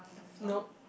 nope